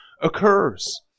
occurs